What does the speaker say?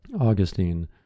Augustine